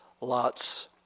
lots